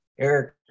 Eric